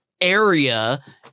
area